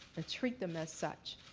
treat them as such.